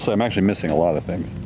so i'm actually missing a lot of things.